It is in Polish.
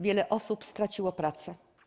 Wiele osób straciło pracę.